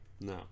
No